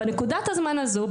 בנקודת הזמן הזו,